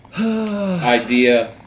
Idea